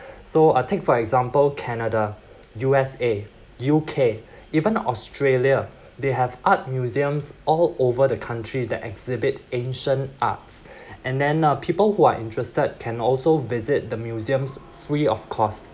so uh a take for example canada U_S_A U_K even australia they have art museums all over the country that exhibit ancient arts and then uh people who are interested can also visit the museums free of cost